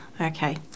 Okay